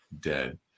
dead